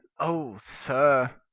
oh, sir.